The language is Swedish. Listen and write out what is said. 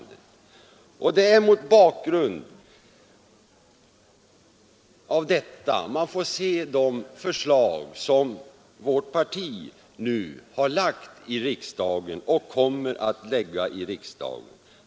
Det är mot bakgrund av detta man får se de förslag som vårt parti har lagt och kommer att lägga i riksdagen.